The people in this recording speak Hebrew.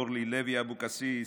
אורלי לוי אבקסיס,